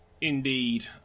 Indeed